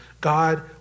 God